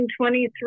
2023